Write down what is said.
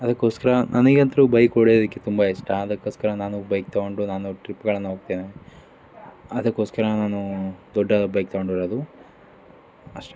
ಅದಕ್ಕೋಸ್ಕರ ನನಗ್ ಅಂತಲೂ ಬೈಕ್ ಹೊಡಿಯೋದಕ್ಕೆ ತುಂಬ ಇಷ್ಟ ಅದಕ್ಕೋಸ್ಕರ ನಾನು ಬೈಕ್ ತೊಗೊಂಡು ನಾನು ಟ್ರಿಪ್ಗಳನ್ನು ಹೋಗ್ತೇನೆ ಅದಕ್ಕೋಸ್ಕರ ನಾನು ದೊಡ್ಡ ಬೈಕ್ ತೊಗೊಂಡಿರೋದು ಅಷ್ಟೆ